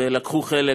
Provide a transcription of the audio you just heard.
ולקחו חלק,